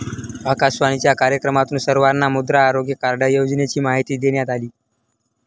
आकाशवाणीच्या कार्यक्रमातून सर्वांना मृदा आरोग्य कार्ड योजनेची माहिती देण्यात आली